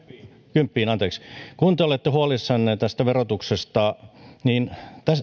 kymppiin anteeksi kun te olette huolissanne tästä verotuksesta niin